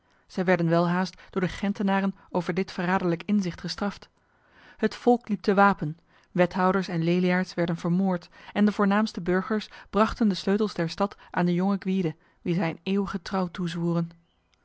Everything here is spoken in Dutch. zij werden welhaast door de gentenaren over dit verraderlijk inzicht gestraft het volk liep te wapen wethouders en leliaards werden vermoord en de voornaamste burgers brachten de sleutels der stad aan de jonge gwyde wie zij een